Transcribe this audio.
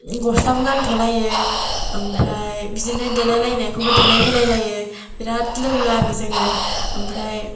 गस्लाबो गान्थ'लायो ओमफ्राय बिदिनो देलाय लायनायखौबो देलाय होलायलायो बिराद लोगो आरो जोङो ओमफ्राय